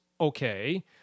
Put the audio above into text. okay